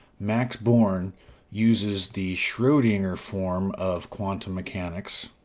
max born uses the schrodinger form of quantum mechanics,